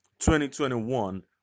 2021